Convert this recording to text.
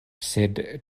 sed